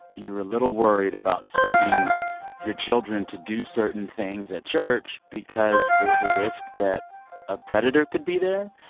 you're a little worried about sending your children to do certain things at church because there's a risk that a predator could be there.